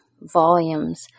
volumes